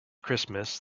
christmas